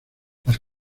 las